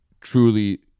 truly